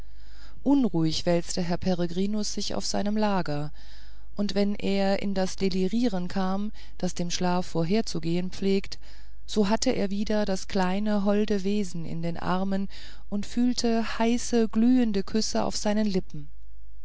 unruhig wälzte herr peregrinus sich auf seinem lager und wenn er in das delirieren geriet das dem schlaf vorherzugehen pflegt so hatte er wieder das kleine holde wesen in den armen und fühlte heiße glühende küsse auf seinen lippen